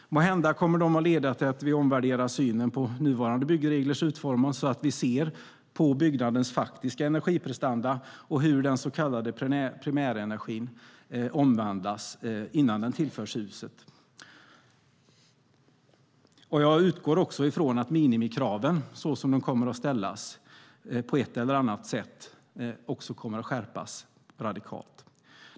Måhända kommer de att leda till att vi omvärderar synen på hur nuvarande byggregler utformas så att vi ser på byggnadens faktiska energiprestanda och hur den så kallade primärenergin omvandlas innan den tillförs huset. Jag utgår också från att minimikraven, så som de kommer att ställas på ett eller annat sätt, också kommer att skärpas radikalt.